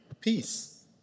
peace